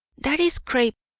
that is crape,